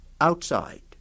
outside